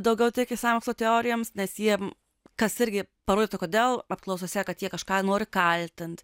daugiau tiki sąmokslo teorijoms nes jiem kas irgi parodytų kodėl apklausose kad jie kažką nori kaltint